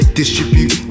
distribute